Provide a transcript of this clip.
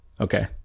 Okay